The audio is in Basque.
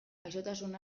gaixotasun